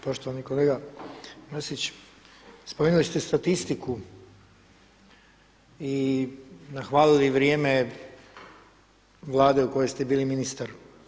Poštovani kolega Mrsić, spomenuli ste statistiku i nahvalili vrijeme Vlade u kojoj ste bili ministar.